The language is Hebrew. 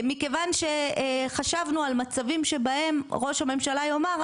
מכיוון שחשבנו על מצבים שבהם ראש הממשלה יאמר,